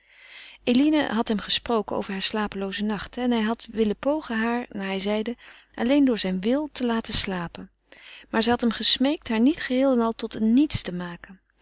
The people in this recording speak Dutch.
eline had hem gesproken over hare slapelooze nachten en hij had willen pogen haar naar hij zeide alleen door zijn wil te laten slapen maar zij had hem gesmeekt haar niet geheel en al tot een niets te maken